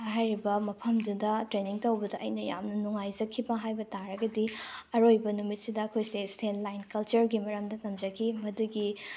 ꯍꯥꯏꯔꯤꯕ ꯃꯐꯝꯗꯨꯗ ꯇ꯭ꯔꯦꯟꯅꯤꯡ ꯇꯧꯕꯗ ꯑꯩꯅ ꯌꯥꯝꯅ ꯅꯨꯡꯉꯥꯏꯖꯈꯤꯕ ꯍꯥꯏꯕ ꯇꯥꯔꯒꯗꯤ ꯑꯔꯣꯏꯕ ꯅꯨꯃꯤꯠꯁꯤꯗ ꯑꯩꯈꯣꯏꯁꯦ ꯁ꯭ꯇꯦꯟ ꯂꯥꯏꯟ ꯀꯜꯆꯔꯒꯤ ꯃꯔꯝꯗ ꯇꯝꯖꯈꯤ ꯃꯗꯨꯒꯤ